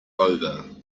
over